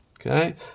okay